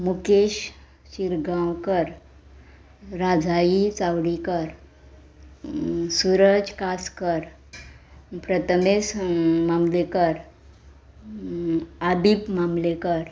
Mukesh Shirgaonkar Rajayi Chawdikar Suraj Kaskar Pratmesh Mamlekar Adeep Mamlekar